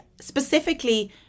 specifically